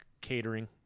catering